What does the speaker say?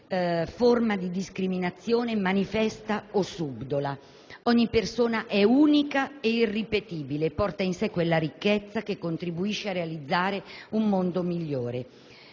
forma di discriminazione manifesta o subdola. Ogni persona è unica e irripetibile, porta in sé quella ricchezza che contribuisce a realizzare un mondo migliore.